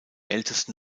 ältesten